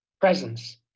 presence